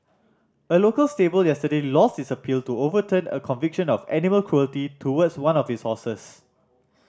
a local stable yesterday lost its appeal to overturn a conviction of animal cruelty towards one of its horses